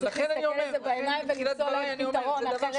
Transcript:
צריך להסתכל על זה בעיניים ולמצוא להם פתרון אחרת זה -- לכן אני אומר,